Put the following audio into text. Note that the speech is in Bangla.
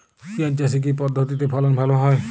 পিঁয়াজ চাষে কি পদ্ধতিতে ফলন ভালো হয়?